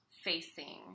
facing